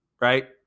Right